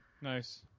Nice